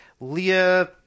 Leah